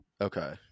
Okay